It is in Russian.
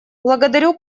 благодарю